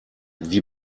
wie